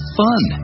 fun